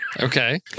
Okay